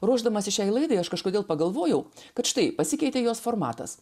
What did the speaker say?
ruošdamasi šiai laidai aš kažkodėl pagalvojau kad štai pasikeitė jos formatas